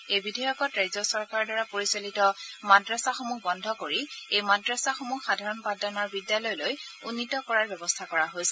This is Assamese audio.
এই বিধেয়কত ৰাজ্য চৰকাৰৰ দ্বাৰা পৰিচালিত মাদ্ৰাছাসমূহ বন্ধ কৰি এই মাদ্ৰাছাসমূহ সাধাৰণ পাঠদানৰ বিদ্যালয়লৈ উন্নীত কৰাৰ ব্যৱস্থা কৰা হৈছে